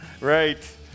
Right